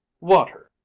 Water